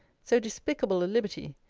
so despicable a liberty,